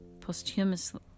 posthumously